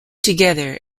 together